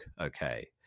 okay